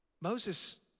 Moses